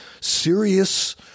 serious